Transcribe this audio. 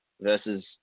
versus